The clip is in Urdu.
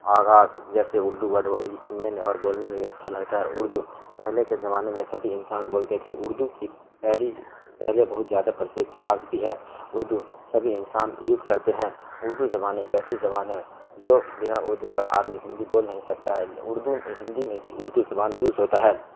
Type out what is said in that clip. آغاز جیسے اردو ورڈ یہ سننے اور بولنے میں بھی اچھا لگتا ہے اردو پہلے کے زمانے میں سبھی انسان بولتے تھے اردو کی پہلی پہلے بہت زیادہ پرچلت تھی آج بھی ہے اردو سبھی انسان یوز کرتے ہیں اردو زبان ایک ایسی زبان ہے جو بنا اردو کا آدمی ہندی بول نہیں سکتا ہے اردو ہندی میں بھی اردو زبان یوز ہوتا ہے